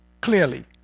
clearly